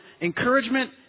encouragement